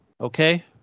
okay